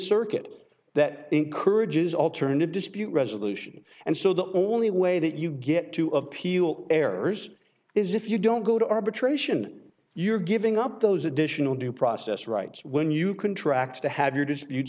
circuit that encourages alternative dispute resolution and so the only way that you get to appeal errors is if you don't go to arbitration you're giving up those additional due process rights when you contract to have your